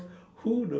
who the fuck